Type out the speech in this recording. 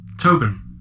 Tobin